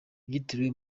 byitiriwe